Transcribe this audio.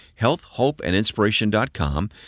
healthhopeandinspiration.com